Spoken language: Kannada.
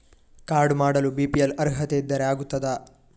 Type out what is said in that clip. ಕಾರ್ಡು ಮಾಡಲು ಬಿ.ಪಿ.ಎಲ್ ಅರ್ಹತೆ ಇದ್ದರೆ ಆಗುತ್ತದ?